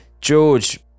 George